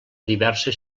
diverses